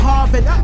Harvard